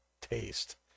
taste